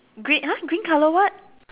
green !huh! green colour what